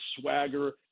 swagger